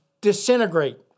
disintegrate